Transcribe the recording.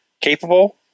capable